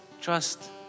trust